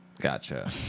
Gotcha